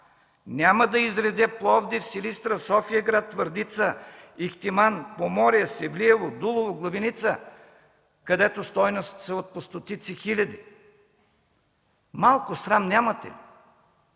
Няма да изредя Пловдив, Силистра, София-град, Твърдица, Ихтиман, Поморие, Севлиево, Дулово, Главиница, където стойностите са от по стотици хиляди. Малко срам нямате ли?!